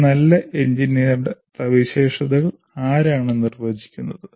ഒരു നല്ല എഞ്ചിനീയറുടെ സവിശേഷതകൾ ആരാണ് നിർവചിക്കുന്നത്